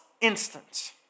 instant